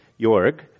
Jorg